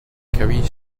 carries